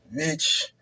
bitch